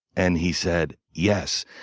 and he said, yes,